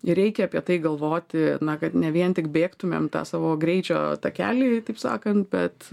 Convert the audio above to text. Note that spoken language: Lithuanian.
ir reikia apie tai galvoti na kad ne vien tik bėgtumėm tą savo greičio takelį taip sakant bet